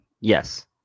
yes